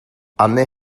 anne